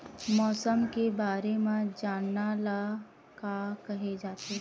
मौसम के बारे म जानना ल का कहे जाथे?